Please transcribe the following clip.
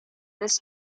this